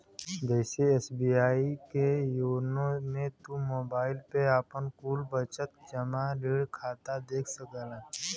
जइसे एस.बी.आई के योनो मे तू मोबाईल पे आपन कुल बचत, जमा, ऋण खाता देख सकला